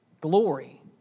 Glory